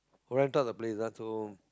rent up the place ah so